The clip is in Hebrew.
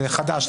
זה חדש.